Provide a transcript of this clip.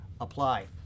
apply